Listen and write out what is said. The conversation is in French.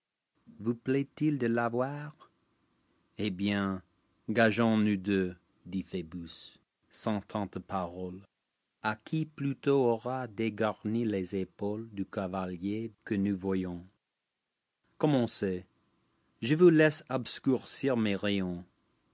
vous plaiuil de l'avoir eh bien gageons nous deux dit phébus sans tant de paroles a qui plu tôt aura dégarni les épaules bu cavalier que nous voyons cominem cz je vous laisse obscurcir mes rayons